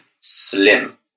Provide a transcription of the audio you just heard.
slim